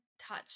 touch